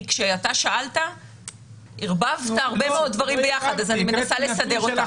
כששאלת ערבבת הרבה דברים ביחד ואני מנסה לסדר אותם.